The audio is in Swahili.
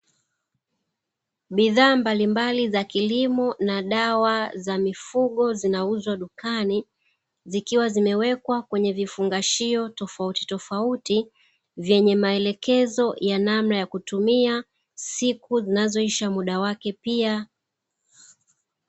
Bidhaa mbalimbali za kilimo na dawa za mifugo zinauzwa dukani, zikiwa zimewekwa kwenye vifungashio tofautitofauti vyenye maelekezo ya namna ya kutumia siku zinazoisha muda wake pia.